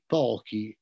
pochi